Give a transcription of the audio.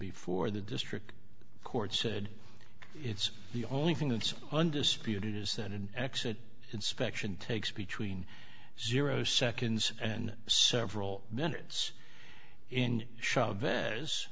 before the district court said it's the only thing that's undisputed is that an exit inspection takes between zero seconds and several minutes in